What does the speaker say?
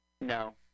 No